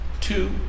two